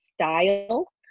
style